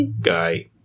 guy